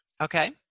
Okay